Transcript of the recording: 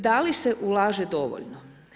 Da li se ulaže dovoljno?